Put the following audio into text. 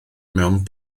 mewn